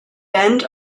end